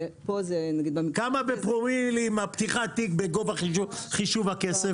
כמה בפרומילים פתיחת התיק בגובה חישוב הכסף?